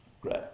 Great